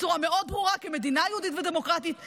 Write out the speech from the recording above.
בצורה מאוד ברורה כמדינה יהודית ודמוקרטית,